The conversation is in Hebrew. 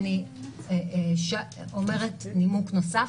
נימוק נוסף,